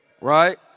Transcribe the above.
right